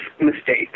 mistake